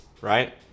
right